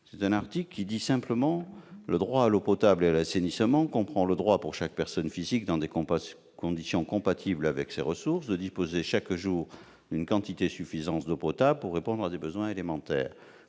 L'article 1 dispose simplement que le droit à l'eau potable et à l'assainissement comprend le droit, pour chaque personne physique dans des conditions compatibles avec ses ressources, de disposer chaque jour d'une quantité suffisante d'eau potable pour répondre à ses besoins élémentaires ;